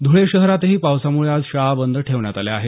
ध्रळे शहरातही पावसामुळे आज शाळा बंद ठेवण्यात आल्या आहेत